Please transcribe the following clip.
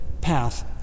path